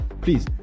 please